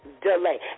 delay